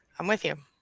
i'm with you,